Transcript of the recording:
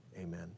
Amen